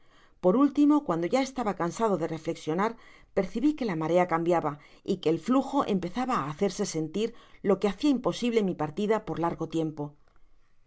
por último cuando ya estaba cansado de reflexionar percibi que la marea cambiaba y que el flujo empezaba á hacerse sentir lo que hacia imposible mi partida por largo tiempo